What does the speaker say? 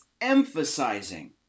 emphasizing